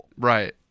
Right